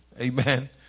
Amen